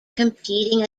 competing